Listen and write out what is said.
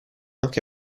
anche